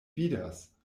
vidas